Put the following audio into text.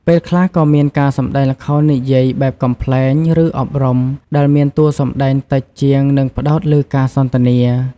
ពេលខ្លះក៏មានការសម្ដែងល្ខោននិយាយបែបកំប្លែង ឬអប់រំ ដែលមានតួសម្ដែងតិចជាង និងផ្តោតលើការសន្ទនា។